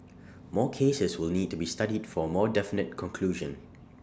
more cases will need to be studied for A more definite conclusion